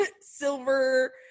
silver